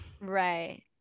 right